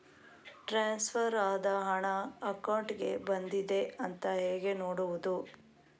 Transfer ಆದ ಹಣ ಅಕೌಂಟಿಗೆ ಬಂದಿದೆ ಅಂತ ಹೇಗೆ ನೋಡುವುದು?